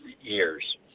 years